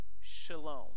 shalom